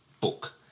book